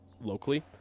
locally